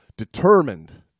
determined